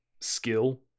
skill